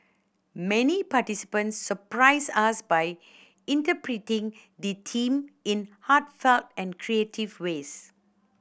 many participants surprised us by interpreting the theme in heartfelt and creative ways